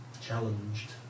challenged